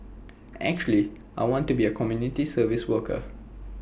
actually I want to be A community service worker